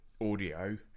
audio